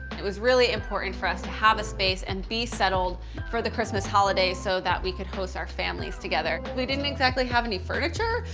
it was really important for us to have a space, and be settled for the christmas holidays, so that we could host our families together. we didn't exactly have any furniture,